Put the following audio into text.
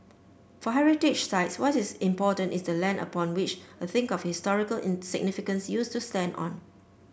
for heritage sites what is important is the land upon which a thing of historical in significance used to stand on